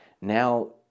now